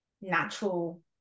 natural